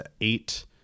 eight